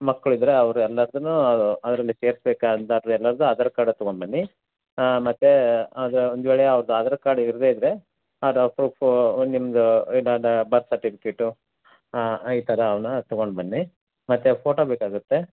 ಮಕ್ಳು ಇದ್ದರೆ ಅವ್ರು ಎಲ್ಲರದ್ದೂ ಅದರಲ್ಲಿ ಸೇರ್ಸ್ಬೇಕು ಅಂತಾದ್ರೆ ಎಲ್ಲರದ್ದು ಆಧಾರ್ ಕಾರ್ಡು ತಗೊಂಡು ಬನ್ನಿ ಮತ್ತೆ ಅದು ಒಂದುವೇಳೆ ಅವ್ರ್ದು ಆಧಾರ್ ಕಾರ್ಡ್ ಇರದೆ ಇದ್ದರೆ ಆಧಾರ್ ಪ್ರೂಫು ನಿಮ್ದು ಬರ್ತ್ ಸರ್ಟಿಫಿಕೇಟು ಈ ಥರ ಅವನ್ನ ತಗೊಂಡು ಬನ್ನಿ ಮತ್ತೆ ಫೋಟೊ ಬೇಕಾಗುತ್ತೆ